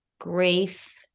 grief